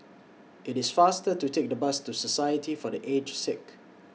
IT IS faster to Take The Bus to Society For The Aged Sick